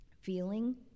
feeling